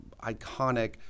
iconic